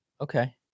Okay